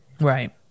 right